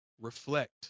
reflect